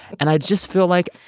and i just feel like,